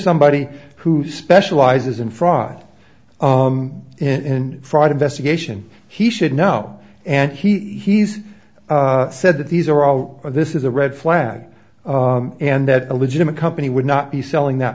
somebody who specializes in fraud in fraud investigation he should know and he's said that these are all or this is a red flag and that a legitimate company would not be selling that